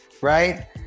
Right